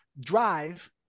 Drive